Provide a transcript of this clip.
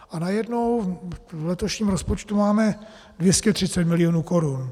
A najednou v letošním rozpočtu máme 230 milionů korun.